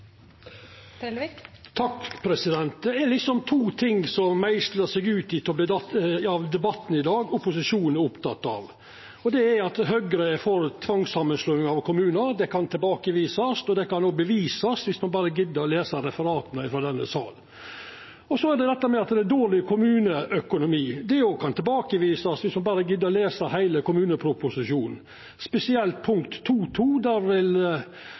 to ting som meislar seg ut i debatten i dag som opposisjonen er oppteken av. Det er at Høgre er for tvangssamanslåing av kommunar. Det kan tilbakevisast. Det kan òg bevisast dersom ein berre gidd å lesa referata frå denne salen. Så er det dette med at det er dårleg kommuneøkonomi. Det òg kan tilbakevisast dersom ein berre gidd å lesa heile kommuneproposisjonen, spesielt punkt 2.2 – då vil